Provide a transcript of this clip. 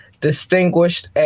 distinguished